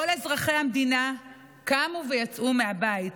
כל אזרחי המדינה קמו ויצאו מהבית,